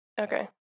Okay